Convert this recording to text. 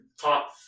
top